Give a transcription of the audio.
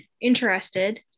interested